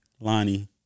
Lonnie